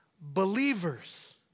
believers